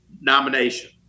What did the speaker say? nomination